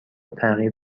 تغییر